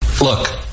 look